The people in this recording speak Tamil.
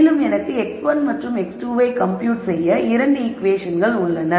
மேலும் எனக்கு x1 மற்றும் x2 ஐ கம்ப்யூட் செய்ய 2 ஈகுவேஷன்கள் உள்ளன